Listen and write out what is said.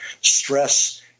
stress